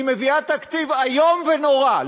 היא מביאה תקציב איום ונורא.